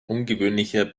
ungewöhnlicher